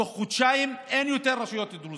בתוך חודשיים אין יותר רשויות דרוזיות.